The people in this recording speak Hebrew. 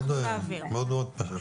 מאוד פשוט.